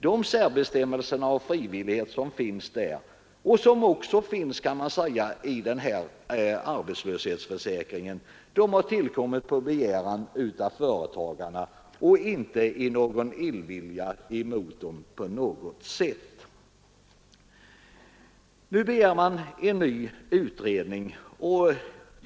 De särbestämmelser om frivillighet för företagarna som finns där liksom också inom den föreslagna arbetslöshetsförsäkringen har tillkommit på begäran av företagarna och inte på något sätt i illvilja mot dem. Nu begär man en ny utredning.